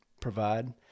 provide